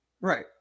Right